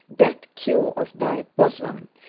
that q of thy bosom,